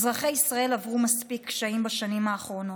אזרחי ישראל עברו מספיק קשיים בשנים האחרונות: